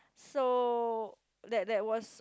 so that that was